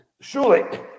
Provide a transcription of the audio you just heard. surely